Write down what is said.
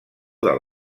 del